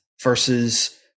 versus